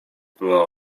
była